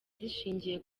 zishingiye